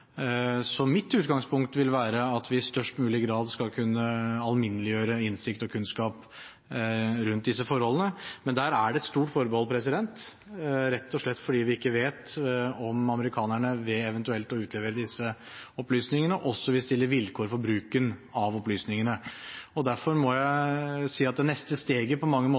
så mitt utgangspunkt vil være at vi i størst mulig grad skal kunne alminneliggjøre innsikt og kunnskap rundt disse forholdene. Men der er det et stort forbehold, rett og slett fordi vi ikke vet om amerikanerne ved eventuelt å utlevere disse opplysningene også vil stille vilkår for bruken av dem. Derfor må jeg si at det neste steget på mange måter